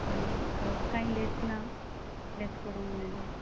आनी कांय लॅस ना लॅस करूंक मेळना